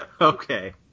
Okay